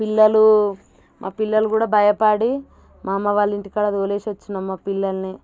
పిల్లలు మా పిల్లలు కూడా భయపడి మామ వాళ్ళ ఇంటి కాడ తోలేసి వచ్చాను మా పిల్లల్ని